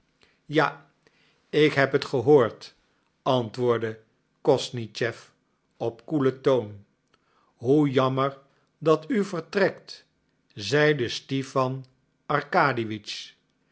ja ik heb het gehoord antwoordde kosnischew op koelen toon hoe jammer dat u vertrekt zeide stipan